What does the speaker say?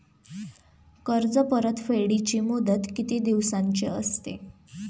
कर्ज परतफेडीची मुदत किती दिवसांची असते?